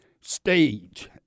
stage